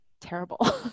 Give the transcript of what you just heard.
terrible